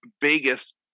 biggest